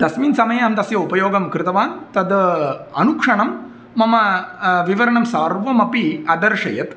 तस्मिन् समये अहं तस्य उपयोगं कृतवान् तत् अनुक्षणं मम विवरणं सर्वमपि अदर्शयत्